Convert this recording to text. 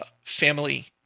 family